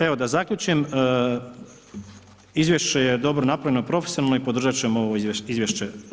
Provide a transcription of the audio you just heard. Evo, da zaključim, izvješće je dobro napravljeno, profesionalni i podržat ćemo ovo izvješće.